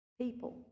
people